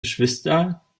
geschwister